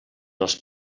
els